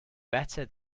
better